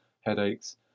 headaches